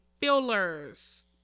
fillers